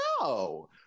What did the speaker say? No